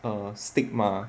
err stigma